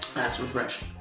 that's refreshing